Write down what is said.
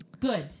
good